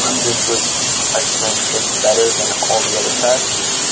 this was exponentially better than all the other tests,